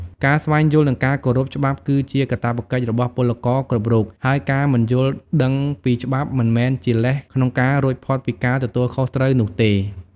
ការស្វែងយល់ និងការគោរពច្បាប់គឺជាកាតព្វកិច្ចរបស់ពលករគ្រប់រូប ហើយការមិនយល់ដឹងពីច្បាប់មិនមែនជាលេសក្នុងការរួចផុតពីការទទួលខុសត្រូវនោះទេ។